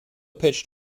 pitched